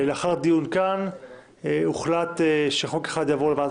לאחר דיון כאן הוחלט שחוק אחד יעבור לוועדת